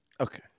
Okay